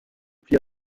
plie